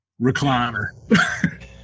recliner